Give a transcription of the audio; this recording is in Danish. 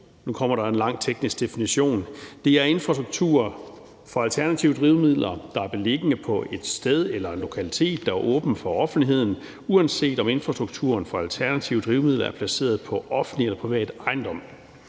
Nu kommer der en lang teknisk definition: Det er infrastruktur for alternative drivmidler, der er beliggende på et sted eller en lokalitet, der er åben for offentligheden, uanset om infrastrukturen for alternative drivmidler er placeret på offentlig eller privat ejendom,